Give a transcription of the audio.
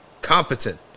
competent